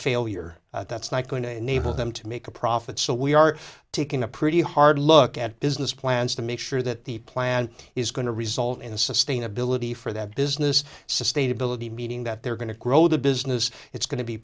failure that's not going to enable them to make a profit so we are taking a pretty hard look at business plans to make sure that the plan is going to result in sustainability for that business sustainability meaning that they're going to grow the business it's go